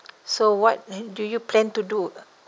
so what do you plan to do